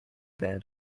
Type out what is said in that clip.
bed